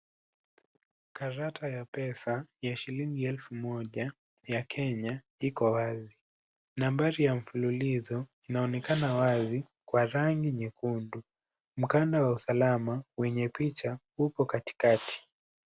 Karata ya pesa ya shilingi elfu moja ya kenya iko wazi. Nambari ya mfululizo inaonekana wazi kwa rangi nyekundu. Mkanda wa usalama wenye picha upo katikati.